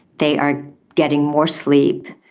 they are getting more sleep,